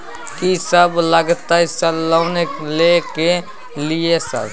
कि सब लगतै सर लोन ले के लिए सर?